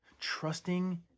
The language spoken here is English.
trusting